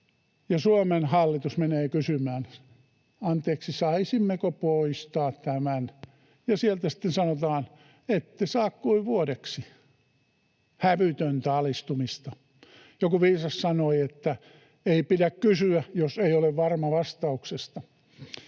Suomen hallitus menee kysymään, että ”anteeksi, saisimmeko poistaa tämän”, ja sieltä sitten sanotaan, että ette saa kuin vuodeksi. Hävytöntä alistumista. Joku viisas sanoi, että ei pidä kysyä, jos ei ole varma vastauksesta.